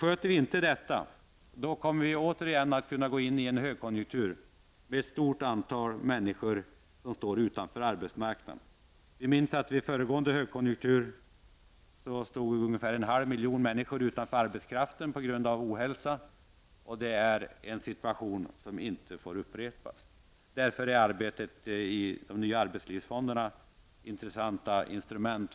Sköter vi inte detta kommer vi återigen att gå in i en högkonjunktur med ett stort antal människor stående utanför arbetsmarknaden. Vid föregående högkonjunktur stod ungefär en halv miljon människor utanför arbetsmarknaden på grund av ohälsa. Det är en situation som inte får upprepas. Därför är de nya arbetslivsfonderna intressanta instrument.